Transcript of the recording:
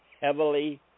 heavily